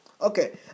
Okay